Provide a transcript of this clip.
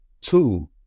Two